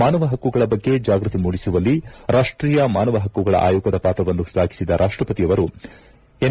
ಮಾನವ ಹಕ್ಕುಗಳ ಬಗ್ಗೆ ಜಾಗೃತಿ ಮೂಡಿಸುವಲ್ಲಿ ರಾಷ್ವೀಯ ಮಾನವ ಹಕ್ಕುಗಳ ಆಯೋಗದ ಪಾತ್ರವನ್ನು ಶ್ಲಾಘಿಸಿದ ರಾಷ್ಷಪತಿಯವರು ಎನ್